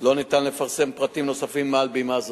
לא ניתן לפרסם פרטים נוספים מעל בימה זו.